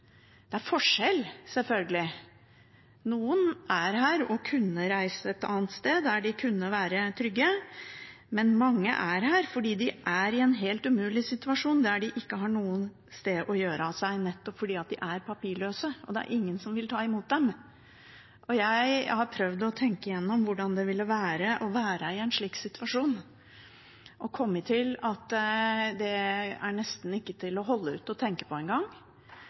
Det er forskjell, selvfølgelig. Noen er her og kunne reist et annet sted der de kunne være trygge, men mange er her fordi de er i en helt umulig situasjon: De har ikke noen steder å gjøre av seg, nettopp fordi de er papirløse, og det er ingen som vil ta imot dem. Jeg har prøvd å tenke gjennom hvordan det ville være å være i en slik situasjon. Jeg har kommet til at det nesten ikke er til å holde ut å tenke på